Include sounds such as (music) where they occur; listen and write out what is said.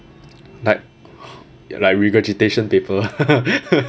like ya like regurgitation paper (laughs)